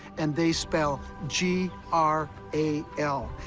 and they spell g r a l.